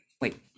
wait